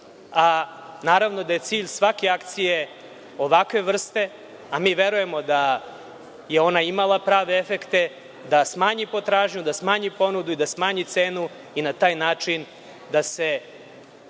a naravno da je cilj svake akcije ovakve vrste, a mi verujemo da je ona imala prave efekte da smanji potražnju, da smanji ponudu i da smanji ponudu i na taj način da se